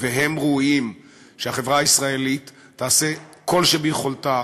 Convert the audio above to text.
הם ראויים שהחברה הישראלית תעשה כל שביכולתה